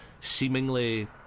seemingly